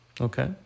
Okay